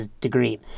degree